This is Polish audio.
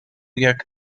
jak